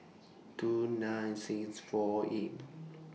two nine six four eight